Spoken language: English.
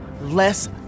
less